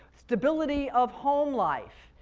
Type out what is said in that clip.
stability of home life,